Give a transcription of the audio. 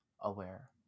aware